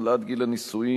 העלאת גיל הנישואין),